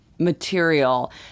material